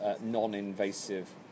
non-invasive